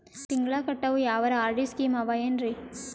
ತಿಂಗಳ ಕಟ್ಟವು ಯಾವರ ಆರ್.ಡಿ ಸ್ಕೀಮ ಆವ ಏನ್ರಿ?